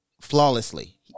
Flawlessly